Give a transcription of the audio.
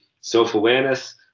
self-awareness